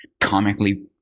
comically